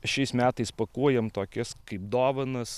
šiais metais pakuojam tokias kaip dovanas